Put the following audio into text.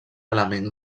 element